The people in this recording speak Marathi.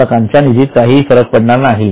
मालकाच्या निधीत काही फरक नाही